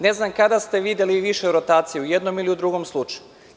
Ne znam kada ste videli više rotacije, u jednom ili u drugom slučaju.